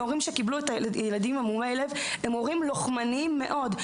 הורים לילדים עם מומי לב הם הורים לוחמניים מאוד.